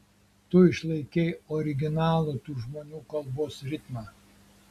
tu išlaikei originalų tų žmonių kalbos ritmą